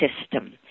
system